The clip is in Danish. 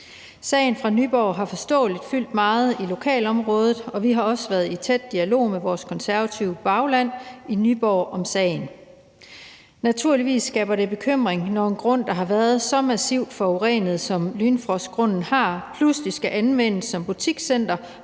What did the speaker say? Sagen fra Nyborg har forståeligt nok fyldt meget i lokalområdet, og vi har også været i tæt dialog med vores konservative bagland i Nyborg om sagen. Naturligvis skaber det bekymring, når en grund, der har været så massivt forurenet, som Lynfrostgrunden har, pludselig skal anvendes som butikscenter,